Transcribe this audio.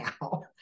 now